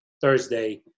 Thursday